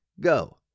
Go